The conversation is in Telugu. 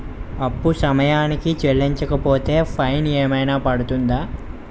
అప్పు సమయానికి చెల్లించకపోతే ఫైన్ ఏమైనా పడ్తుంద?